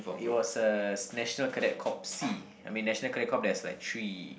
it's was uh National Cadet Corps sea I mean National Cadet Corps there's like three